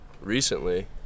recently